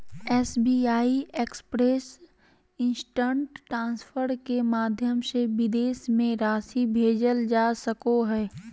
SBI express instant transfer के माध्यम से विदेश में राशि भेजल जा सको हइ